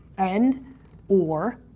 and or,